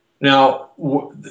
Now